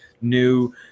new